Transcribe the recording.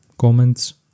comments